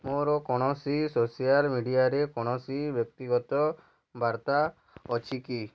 ମୋର କୌଣସି ସୋସିଆଲ ମିଡ଼ିଆରେ କୌଣସି ବ୍ୟକ୍ତିଗତ ବାର୍ତ୍ତା ଅଛି କି